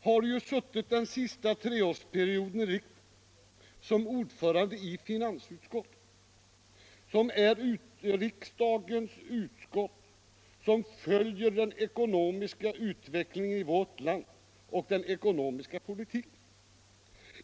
har ju den senaste treårsperioden i riksdagen suttit som ordförande i finansutskottet, som är det riksdagsutskott som följer den ekonomiska utvecklingen och den ekonomiska politiken i vårt land.